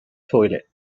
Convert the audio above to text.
toilet